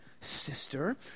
sister